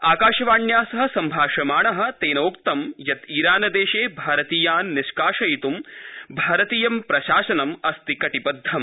आकाशवाण्या सह सम्भाषमाण तेनोक्तं यत् ईरानदेशात् भारतीयान् निष्काषयित् भारतीय प्रशासनम् अस्ति कटिबद्धम्